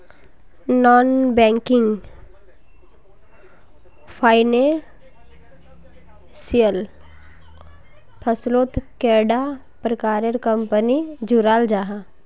Non banking financial फसलोत कैडा प्रकारेर कंपनी जुराल जाहा?